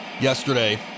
yesterday